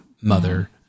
mother